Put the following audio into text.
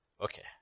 Okay